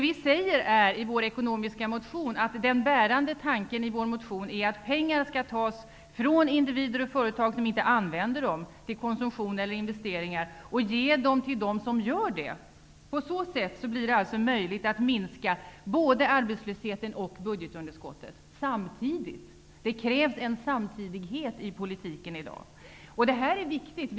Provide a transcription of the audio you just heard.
I vår ekonomiska motion är den bärande tanken att pengar skall tas från individer och företag som inte använder dem till konsumtion eller investeringar och ges till dem som gör det. På så sätt blir det möjligt att minska både arbetslösheten och budgetunderskottet samtidigt. Det krävs en samtidighet i politiken i dag. Detta är viktigt.